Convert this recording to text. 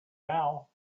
now